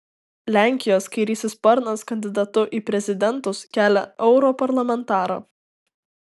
lenkijos kairysis sparnas kandidatu į prezidentus kelia europarlamentarą